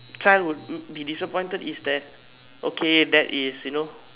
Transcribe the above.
child would be disappointed is that okay dad is you know